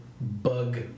bug